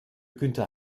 günther